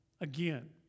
again